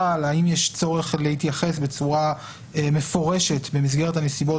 האם יש צורך להתייחס בצורה מפורשת במסגרת הנסיבות